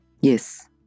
yes